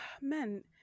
man